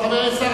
חבר הכנסת טיבי,